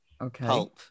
Okay